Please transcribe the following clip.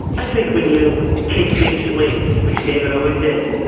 i think when you take big swings, which david always did,